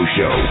Show